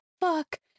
fuck